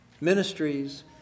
ministries